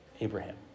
Abraham